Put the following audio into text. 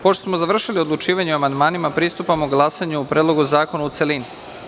Pošto smo završili odlučivanje o amandmanima, pristupamo glasanju o Predlogu zakona u celini.